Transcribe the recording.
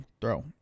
throw